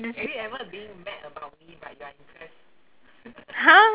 !huh!